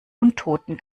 untoten